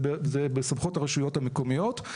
זה בסמכות הרשויות המקומיות.